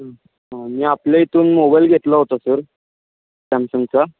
मी आपल्या इथून मोबाईल घेतला होता सर सॅमसंगचा